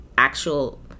Actual